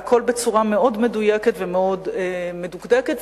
והכול בצורה מאוד מדויקת ומאוד מדוקדקת.